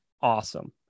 awesome